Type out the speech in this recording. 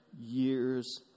year's